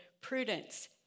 prudence